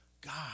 God